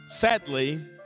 sadly